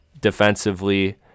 defensively